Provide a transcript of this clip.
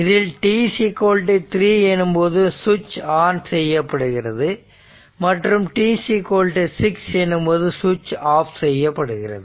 இதில் t3 எனும்போது சுவிட்ச் ஆன் செய்யப்படுகிறது மற்றும் t6 எனும்போது சுவிட்ச் ஆப் செய்யப்படுகிறது